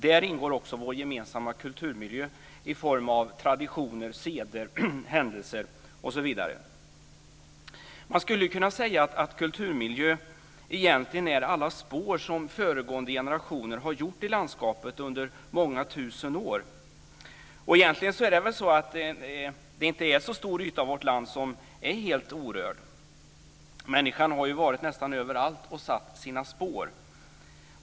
Där ingår också vår gemensamma kulturmiljö i form av traditioner, seder, händelser osv. Man skulle kunna säga att kulturmiljö egentligen är alla spår som föregående generationer har lämnat i landskapet under många tusen år. Egentligen är det väl inte så stor yta av vårt land som är helt orörd. Människan har ju varit nästan överallt och satt sina spår.